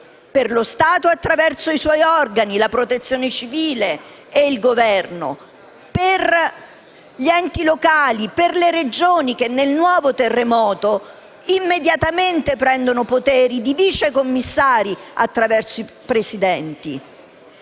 per lo Stato (attraverso i suoi organi: la Protezione civile e il Governo), per gli enti locali e per le Regioni che nel nuovo terremoto immediatamente assumono poteri di vice commissari attraverso i presidenti.